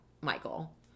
Michael